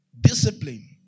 Discipline